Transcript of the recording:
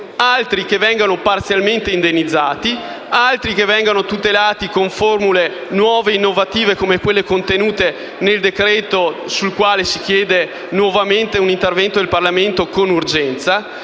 altri che vengono parzialmente indennizzati, altri che vengono tutelati con formule nuove e innovative come quelle contenute nel decreto-legge con il quale si chiede nuovamente un intervento d'urgenza